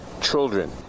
children